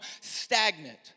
stagnant